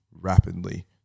rapidly